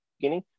beginning